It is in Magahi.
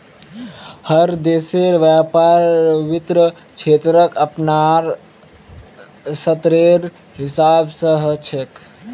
हर देशेर व्यापार वित्त क्षेत्रक अपनार स्तरेर हिसाब स ह छेक